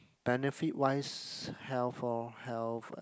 benefit wise health or health